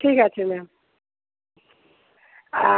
ঠিক আছে ম্যাম